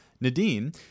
Nadine